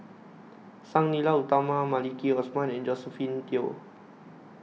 Sang Nila Utama Maliki Osman and Josephine Teo